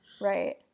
Right